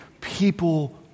people